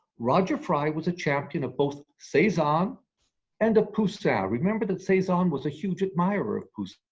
roger fry was a champion of both cezanne and of poussin, remember that cezanne was a huge admirer of poussin.